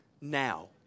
now